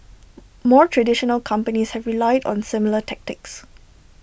more traditional companies have relied on similar tactics